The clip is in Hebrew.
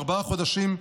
ארבעה חודשים,